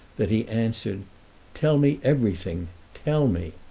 that he answered tell me everything tell me!